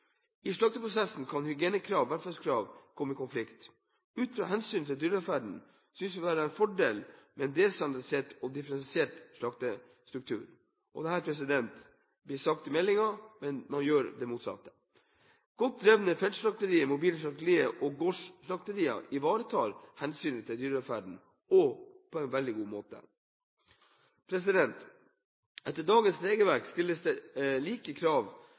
I slakteprosessen kan hygienekrav og velferdshensyn komme i konflikt. – Ut fra hensynet til dyrevelferd synes det å være en fordel med en desentralisert og differensiert slakteristruktur.» Dette ble sagt i meldingen, men man gjør det motsatte. Og nok et punkt: «– Godt drevne feltslakterier, mobile slakterier og gårdsslakterier ivaretar hensynet til dyrevelferd på en god måte.» Etter dagens regelverk stilles det like krav